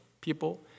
people